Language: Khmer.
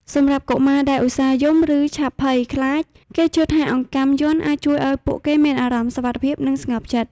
សម្រាប់កុមារដែលឧស្សាហ៍យំ ឬឆាប់ភ័យខ្លាច គេជឿថាអង្កាំយ័ន្តអាចជួយឱ្យពួកគេមានអារម្មណ៍សុវត្ថិភាព និងស្ងប់ចិត្ត។